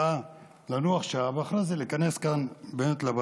לנוח שעה, ואחרי זה להיכנס לוועדות.